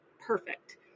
perfect